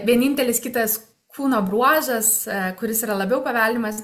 vienintelis kitas kūno bruožas kuris yra labiau paveldimas